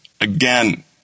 Again